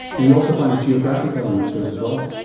and you also found a geographic element to it as well.